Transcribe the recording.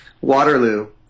Waterloo